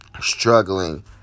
struggling